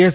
S